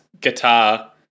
guitar